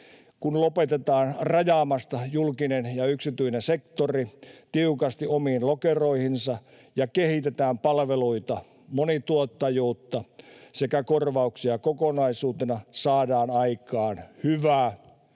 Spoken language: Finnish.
Kun lopetetaan rajaamasta julkinen ja yksityinen sektori tiukasti omiin lokeroihinsa ja kehitetään palveluita, monituottajuutta sekä korvauksia kokonaisuutena, saadaan aikaan hyvää